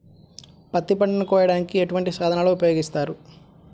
పత్తి పంటను కోయటానికి ఎటువంటి సాధనలు ఉపయోగిస్తారు?